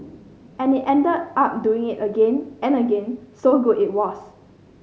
and ended up doing it again and again so good it was